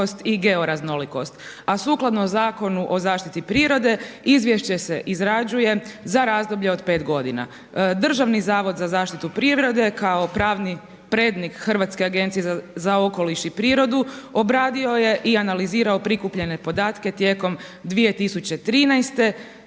Hrvatske agencije za okoliš i prirodu obradio je i analizirao prikupljene podatke tijekom 2013. i